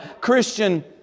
Christian